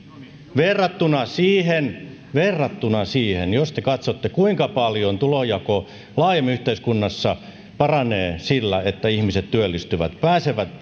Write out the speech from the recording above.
verrattuna siihen verrattuna siihen jos te katsotte kuinka paljon tulonjako laajemmin yhteiskunnassa paranee sillä että ihmiset työllistyvät pääsevät